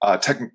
tech